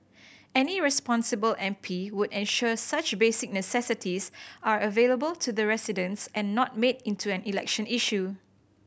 any responsible M P would ensure such basic necessities are available to the residents and not made into an election issue